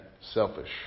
selfish